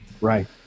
Right